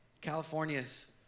California's